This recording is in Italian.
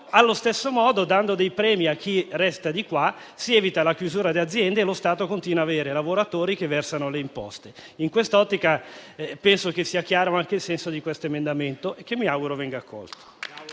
Allo stesso modo, dando dei premi a chi resta nel nostro territorio, si evita la chiusura di aziende e lo Stato continua ad avere lavoratori che versano le imposte. In questa ottica penso sia chiaro anche il senso di questo emendamento, che mi auguro venga accolto.